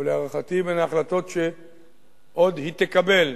ולהערכתי, בין ההחלטות שעוד היא תקבל,